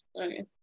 okay